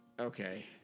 Okay